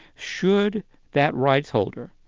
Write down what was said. should that rights holder,